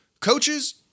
Coaches